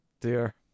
dear